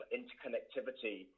interconnectivity